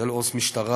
מודל עו"ס משטרה,